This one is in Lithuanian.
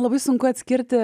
labai sunku atskirti